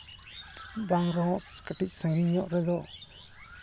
ᱵᱟᱝ ᱨᱮᱦᱚᱸ ᱠᱟᱹᱴᱤᱡ ᱥᱟᱺᱜᱤᱧ ᱧᱚᱜ ᱨᱮᱫᱚ